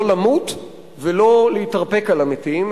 לא למות ולא להתרפק על המתים,